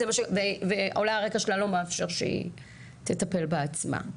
ואולי הרקע של לא מאפשר שהיא תטפל בעצמה.